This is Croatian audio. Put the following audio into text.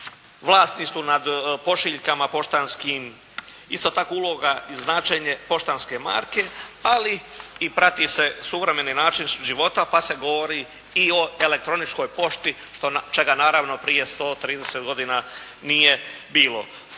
vlasti su nada pošiljkama poštanskim, isto tako uloga i značenje poštanske marke, ali i prati se suvremeni način života, pa se govori i o elektroničkoj pošti, čega naravno prije 130 godina nije bilo,